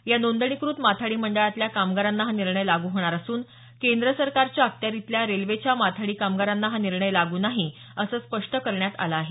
या नोंदणीकृत माथाडी मंडळातल्या कामगारांना हा निर्णय लागू होणार असून केंद्र सरकारच्या अखत्यारीतल्या रेल्वेच्या माथाडी कामगारांना हा निर्णय लागू नाही असं स्पष्ट करण्यात आल आहे